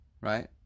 right